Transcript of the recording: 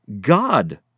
God